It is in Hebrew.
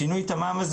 השינוי תמ"מ הזה